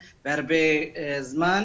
זה הרבה זמן.